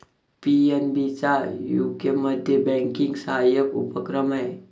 PNB चा यूकेमध्ये banking सहाय्यक उपक्रम आहे